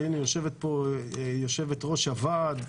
יושבת פה יושבת-ראש הוועד.